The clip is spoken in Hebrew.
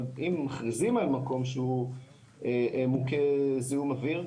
אבל אם מכריזים על מקום שהוא מוכה זיהום אוויר,